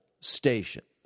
stations